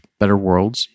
betterworlds